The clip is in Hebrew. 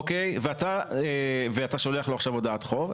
ואתה שולח לו עכשיו הודעת חוב,